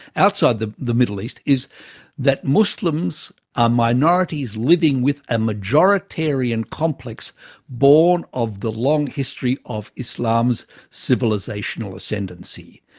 outside the the middle east, is that muslims are minorities living with a majoritarian complex born of the long history of islam's civilisational ascendency.